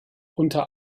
unter